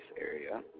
area